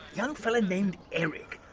young fellow named eric.